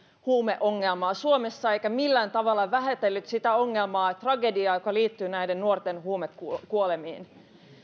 huumeongelmaa suomessa eikä millään tavalla vähätellyt sitä ongelmaa ja tragediaa joka liittyy näiden nuorten huumekuolemiin